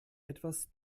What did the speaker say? etwas